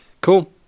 Cool